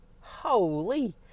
Holy